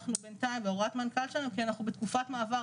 בהוראת מנכ"ל שלנו כי אנחנו בתקופת מעבר.